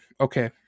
okay